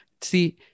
see